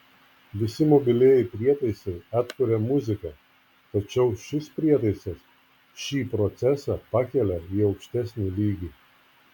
visi mobilieji prietaisai atkuria muziką tačiau šis prietaisas šį procesą pakelia į aukštesnį lygį